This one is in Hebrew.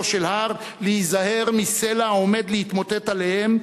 של הר להיזהר מסלע העומד להתמוטט עליהם,